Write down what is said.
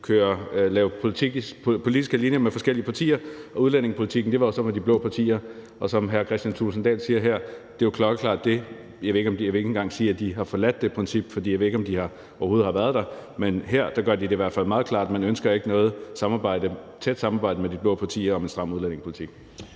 lave politik med forskellige politiske partier, og at udlændingepolitikken jo så var med de blå partier. Som hr. Kristian Thulesen Dahl siger her, vil jeg ikke engang sige, at Socialdemokratiet har forladt det princip, for jeg ved ikke, om de overhovedet har været der, men her gør de det i hvert fald meget klart, at de ikke ønsker noget tæt samarbejde med de blå partier om en stram udlændingepolitik.